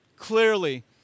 clearly